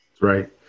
Right